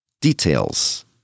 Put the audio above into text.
details